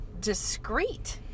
discreet